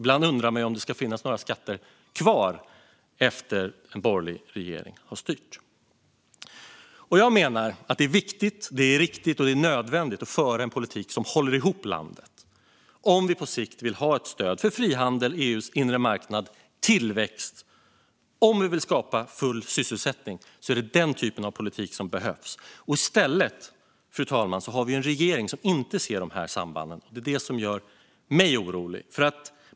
Ibland undrar man om det ska finnas några skatter kvar efter att en borgerlig regering har styrt. Jag menar att det är viktigt, riktigt och nödvändigt att föra en politik som håller ihop landet om vi på sikt vill ha ett stöd för frihandel, EU:s inre marknad och tillväxt. Om vi vill skapa full sysselsättning är det den typen av politik som behövs. I stället, fru talman, har vi en regering som inte ser dessa samband. Det gör mig orolig.